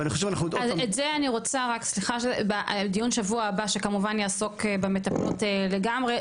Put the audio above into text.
את זה אני רוצה רק סליחה לדיון שבוע הבא שכמובן יעסוק במטפלות לגמרי,